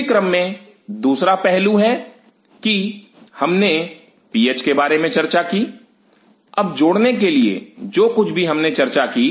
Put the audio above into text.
उसी क्रम में दूसरा पहलू है कि हमने पीएच के बारे में चर्चा की अब जोड़ने के लिए जो कुछ भी हमने चर्चा की